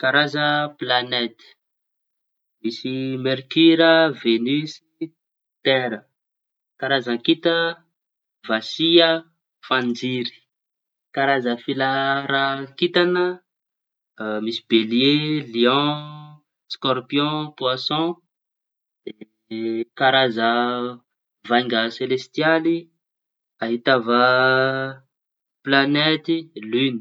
Karaza plañety: misy merkira, veniosy, tera. Karaza kinta:vasia, fanjiry. Karaza filahara kintaña: misy belie, liaon, skorpiaon, poasaon. Karaza vanga selestialy: ahitava plañety, line.